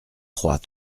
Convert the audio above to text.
trois